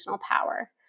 power